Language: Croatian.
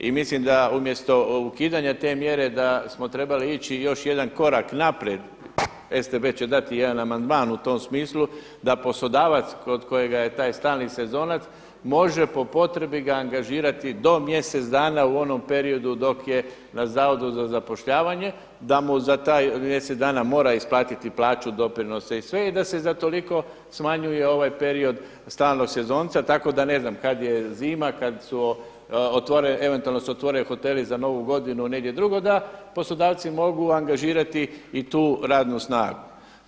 I mislim da umjesto ukidanja te mjere da smo trebali ići još jedan korak naprijed. … dati jedan amandman u tom smislu, da poslodavac kod kojega je taj stalni sezonac može po potrebi ga angažirati do mjesec dana u onom periodu dok je na Zavodu za zapošljavanje, da mu za mjesec dana mora isplatiti plaću, doprinose i sve i da se za toliko smanjuje ovaj period stalnog sezonca tako da ne znam kad je zima, kad su eventualno otvoreni hoteli za novu godinu, negdje drugo da poslodavci mogu angažirati i tu radnu snagu.